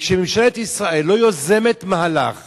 וכשממשלת ישראל לא יוזמת מהלך